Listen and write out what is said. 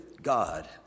god